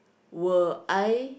were I